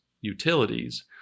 utilities